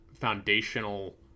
foundational